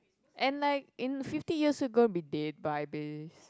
and like in fifty years we are going to be dead by this